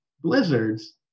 blizzards